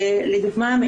לדוגמה,